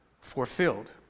fulfilled